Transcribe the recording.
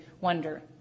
wonder